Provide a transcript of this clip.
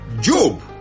Job